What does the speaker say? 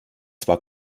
zwar